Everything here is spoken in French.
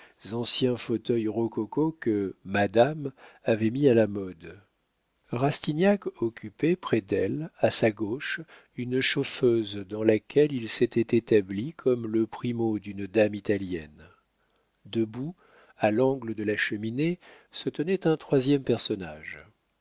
anciens fauteuils rococo que madame avait mis à la mode rastignac occupait près d'elle à sa gauche une chauffeuse dans laquelle il s'était établi comme le primo d'une dame italienne debout à l'angle de la cheminée se tenait un troisième personnage